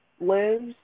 lives